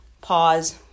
pause